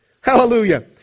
Hallelujah